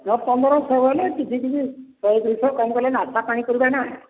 ହେ ପନ୍ଦର ଷୋହଳ ହେଲେ କିଛି ଦିନି ଶହେ ଦୁଇ ଶହ କମ୍ କଲେ ନାସ୍ତା ପାଣି କରିବା ନା